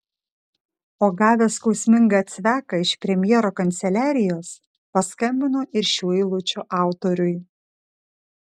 o gavęs skausmingą cveką iš premjero kanceliarijos paskambino ir šių eilučių autoriui